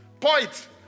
Point